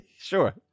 sure